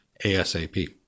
ASAP